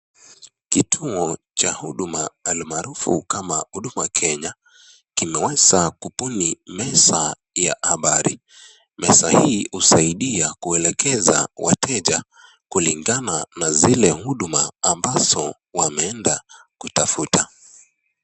Kituo cha huduma almarufu kama huduma Kenya kimeweza kubuni meza ya habari. Meza hii husaidia kuelekeza wateja kulingana na zile huduma ambazo wameenda kutafuta.